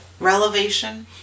relevation